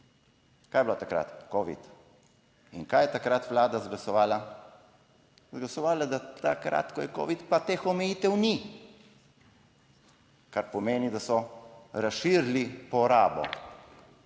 Kaj je bilo takrat covid in kaj je takrat vlada izglasovala, glasovala, takrat, ko je covid, pa teh omejitev ni, kar pomeni, da so razširili porabo.